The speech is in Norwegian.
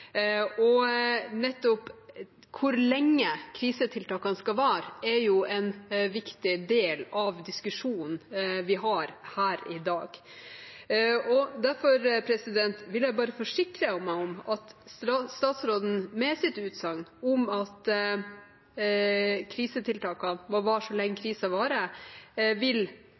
Nettopp hvor lenge krisetiltakene skal vare, er en viktig del av diskusjonen vi har her i dag. Derfor vil jeg bare forsikre meg om at statsråden, med sitt utsagn om at krisetiltakene må vare så lenge